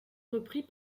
repris